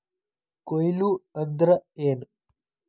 ಕೊಯ್ಲು ಅಂದ್ರ ಏನ್?